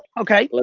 okay. like